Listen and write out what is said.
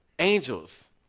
Angels